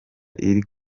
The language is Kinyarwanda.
iri